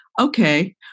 okay